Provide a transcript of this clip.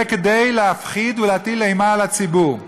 זה כדי להפחיד ולהטיל אימה על הציבור.